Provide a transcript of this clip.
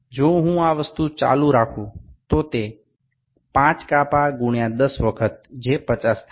যদি আমি এই জিনিসটি চালিয়ে যাই তবে এটি ৫ টি বিভাগ গুণিতক ১০ এটি ৫০ হয়ে যায়